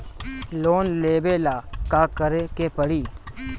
Loan लेबे ला का करे के पड़ी?